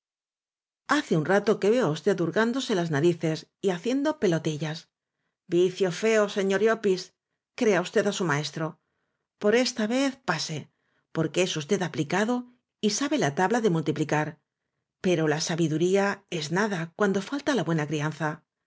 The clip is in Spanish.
hace un rato que veo á usted hurgándose las narices y ha ciendo pelotillas vicio feo señor elellopis crea usted á su maestro por esta vez pase porque es us ted aplicado y sabe la tabla de multiplicar pero la sabiduría es nada cuando falta la buena crianza